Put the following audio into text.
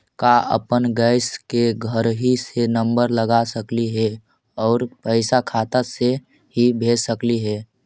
का अपन गैस के घरही से नम्बर लगा सकली हे और पैसा खाता से ही भेज सकली हे?